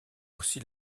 aussi